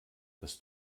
das